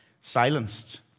silenced